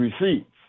receipts